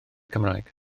cymraeg